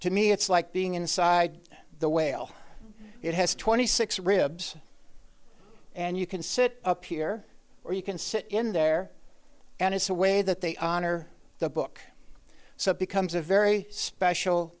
to me it's like being inside the whale it has twenty six ribs and you can sit up here or you can sit in there and it's a way that they honor the book so it becomes a very special